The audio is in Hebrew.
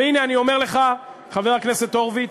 והנה אני אומר לך, חבר הכנסת הורוביץ,